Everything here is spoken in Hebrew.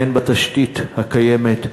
הן בתשתית הקיימת,